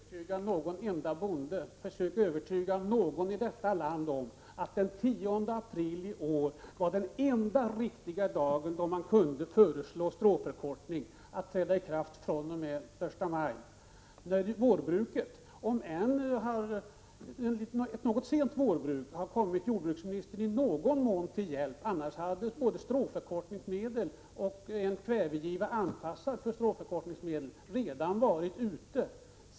Herr talman! Försök, herr jordbruksminister, övertyga någon enda bonde eller någon människa över huvud taget i detta land om att den 10 april i år var den enda dag då man kunde föreslå ett förbud för stråförkortningsmedel att träda i kraft den 1 maj! Nu har ett något sent vårbruk i någon mån kommit jordbruksministern till hjälp, annars hade både stråförkortningsmedel och en kvävegiva anpassad för stråförkortningsmedel redan varit ute.